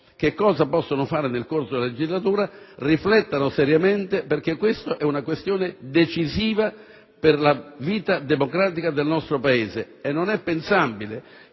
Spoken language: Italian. di cosa possono fare nel corso della legislatura; riflettano seriamente perché è una questione decisiva per la vita democratica del nostro Paese. Non è pensabile